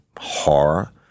horror